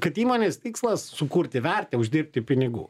kad įmonės tikslas sukurti vertę uždirbti pinigų